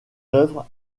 oeuvre